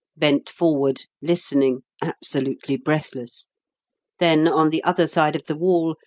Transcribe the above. bent forward, listening, absolutely breathless then, on the other side of the wall,